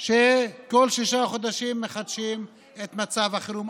וכל שישה חודשים מחדשים את מצב החירום.